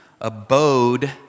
abode